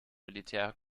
militär